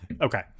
Okay